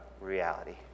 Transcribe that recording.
reality